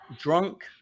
drunk